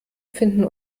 finden